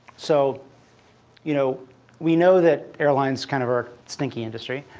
so you know we know that airlines kind of are a stinky industry.